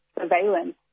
surveillance